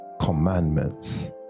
commandments